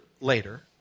later